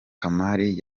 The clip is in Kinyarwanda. kamari